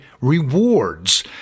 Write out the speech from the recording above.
rewards